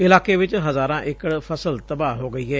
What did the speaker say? ਇਲਾਕੇ ਚ ਹਜ਼ਾਰਾਂ ਏਕੜ ਫਸਲ ਤਬਾਹ ਹੋ ਗਈ ਏ